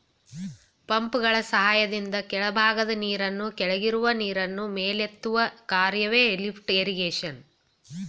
ಪಂಪ್ಗಳ ಸಹಾಯದಿಂದ ಕೆಳಭಾಗದ ನೀರನ್ನು ಕೆಳಗಿರುವ ನೀರನ್ನು ಮೇಲೆತ್ತುವ ಕಾರ್ಯವೆ ಲಿಫ್ಟ್ ಇರಿಗೇಶನ್